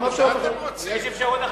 מה האפשרויות האחרות?